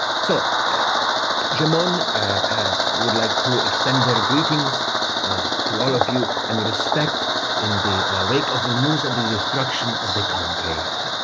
so j'mon would like to extend their greetings to all of you, and respect in the wake of the news of the the destruction of the conclave.